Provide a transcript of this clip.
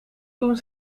toen